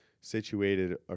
situated